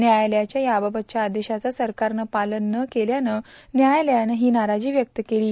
न्यायालयाच्या याबाबतच्या आदेशाचं सरकारनं पालन न केल्यानं न्यायालयानं ही नाराजी व्यक्त केली आहे